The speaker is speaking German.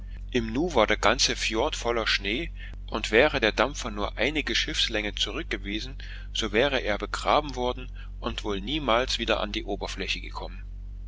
im nu war der ganze fjord voller schnee und wäre der dampfer nur einige schiffslängen zurück gewesen so wäre er begraben worden und wohl niemals wieder an die oberfläche gekommen